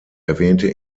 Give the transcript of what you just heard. erwähnte